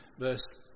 verse